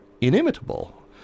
inimitable